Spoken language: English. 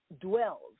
dwells